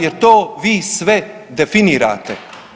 Jer to vi sve definirate.